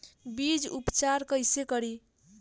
बीज उपचार कईसे करी?